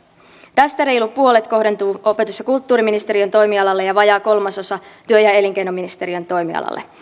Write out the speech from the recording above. tästä reilu puolet kohdentuu opetus ja kulttuuriministeriön toimialalle ja vajaa kolmasosa työ ja elinkeinoministeriön toimialalle